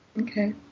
Okay